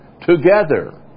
together